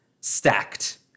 Stacked